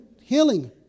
healing